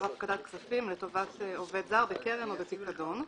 הפקדת כספים לטובת עובד זר בקרן או בפיקדון.